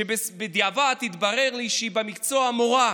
שבדיעבד התברר לי שהיא במקצועה מורה.